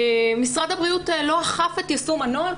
משרד הבריאות לא אכף את יישום הנוהל.